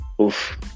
oof